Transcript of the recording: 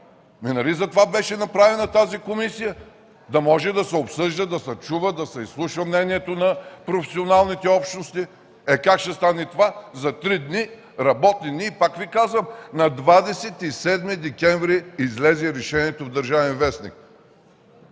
Нали затова беше направена тази комисия – да може да се обсъжда, да се чува, да се изслушва мнението на професионалните общности? Как ще стане това за три работни дни? Пак Ви казвам, на 27 декември излезе решението в „Държавен вестник”,